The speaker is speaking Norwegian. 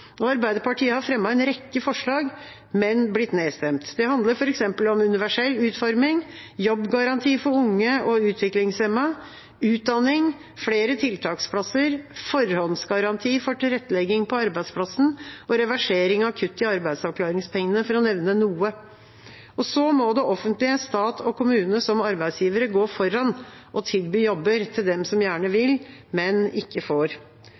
Arbeiderpartiet har fremmet en rekke forslag, men blitt nedstemt. Det handler f.eks. om universell utforming, jobbgaranti for unge og utviklingshemmede, utdanning, flere tiltaksplasser, forhåndsgaranti for tilrettelegging på arbeidsplassen og reversering av kutt i arbeidsavklaringspengene, for å nevne noe. Så må det offentlige – stat og kommune som arbeidsgivere – gå foran og tilby jobber til dem som gjerne vil, men ikke får.